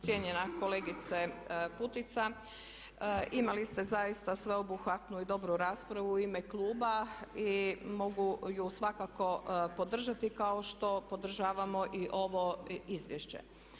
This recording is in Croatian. Cijenjena kolegice Putica, imali ste zaista sveobuhvatnu i dobru raspravu u ime kluba i mogu ju svakako podržati kao što podržavamo i ovo izvješće.